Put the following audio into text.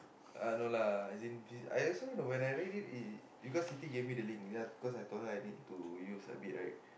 uh no lah as in I also when I read it because Siti give me the link because I told her I need use a bit right